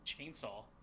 chainsaw